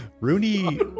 Rooney